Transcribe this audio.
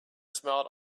smiled